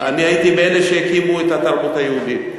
כן, אני הייתי מאלה שהקימו את התרבות היהודית.